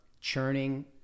churning